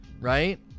right